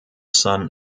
son